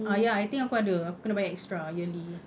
ah ya I think aku ada aku kena bayar extra yearly